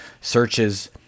searches